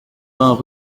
vingts